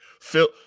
Phil